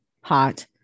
hot